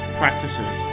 practices